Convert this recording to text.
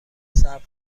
صبر